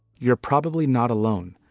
you're probably not alone.